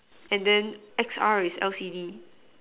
and then X R is L_C_D